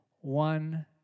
one